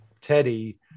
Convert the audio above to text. Teddy